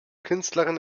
künstlerin